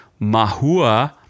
Mahua